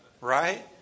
Right